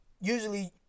usually